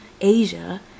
Asia